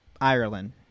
Ireland